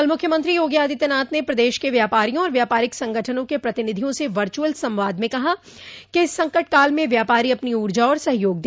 कल मुख्यमंत्री योगी आदित्यनाथ ने प्रदेश के व्यापारिया और व्यापारिक संगठनों के प्रतिनिधियों से वर्चुअल संवाद में कहा कि इस संकट काल में व्यापारी अपनी ऊर्जा और सहयोग दे